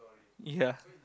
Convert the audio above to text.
ya